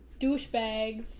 douchebags